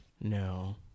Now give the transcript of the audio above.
No